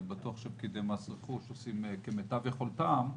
ואני בטוח שפקידי מס רכוש עושים כמיטב יכולתם,